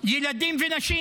ילדים ונשים.